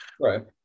right